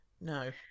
No